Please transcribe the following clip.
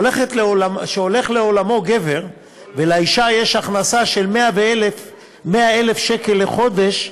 כשהולך לעולמו גבר ולאישה יש הכנסה של 100,000 שקל לחודש,